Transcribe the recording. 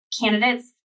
candidates